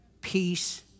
peace